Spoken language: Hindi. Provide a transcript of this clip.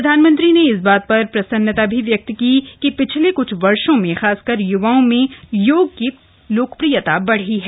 प्रधानमंत्री ने इस बात पर प्रसन्नता व्यक्त की कि पिछले कुछ वर्षो में ख़ासकर य्वाओं में योग की लोकप्रियता बढ़ी है